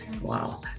wow